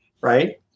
right